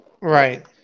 Right